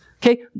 Okay